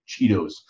Cheetos